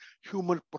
human